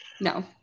No